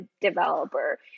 developer